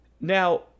Now